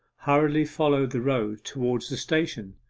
hurriedly followed the road towards the station,